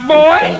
boy